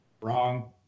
Wrong